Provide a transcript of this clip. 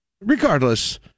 regardless